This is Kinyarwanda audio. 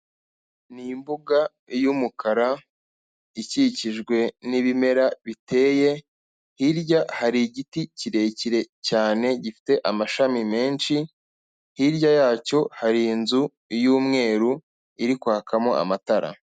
Ni imbuga y'umukara, ikikijwe n'ibimera biteye, hirya hari igiti kirekire cyane gifite amashami menshi, hirya yacyo hari inzu y'umweru iri kwakamo amatara.